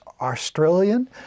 australian